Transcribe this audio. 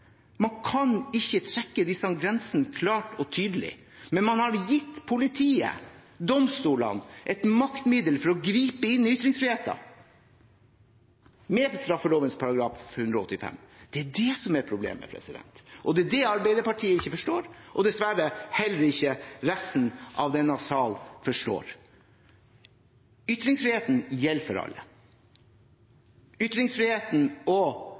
Man kan ikke trekke disse grensene klart og tydelig, men med straffeloven § 185 har man gitt politiet og domstolene et maktmiddel til å gripe inn i ytringsfriheten. Det er det som er problemet, og det er det Arbeiderpartiet ikke forstår. Det gjør dessverre heller ikke resten av denne salen. Ytringsfriheten gjelder for alle. Ytringsfriheten og